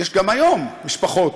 יש גם היום משפחות.